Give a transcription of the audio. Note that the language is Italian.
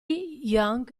young